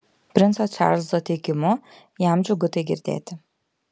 princo čarlzo teigimu jam džiugu tai girdėti